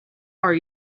are